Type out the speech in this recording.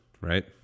right